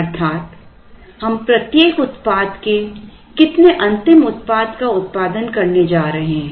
अर्थात हम प्रत्येक उत्पाद के कितने अंतिम उत्पाद का उत्पादन करने जा रहे हैं